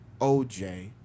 OJ